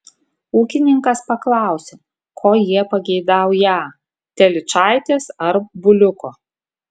ūkininkas paklausė ko jie pageidaują telyčaitės ar buliuko